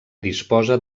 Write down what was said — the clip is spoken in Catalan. disposa